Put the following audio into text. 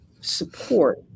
support